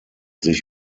sich